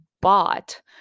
bought